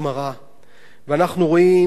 כמו בסיפור החינוך שדיברתי עליו,